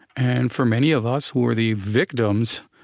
and for many of us who are the victims,